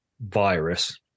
virus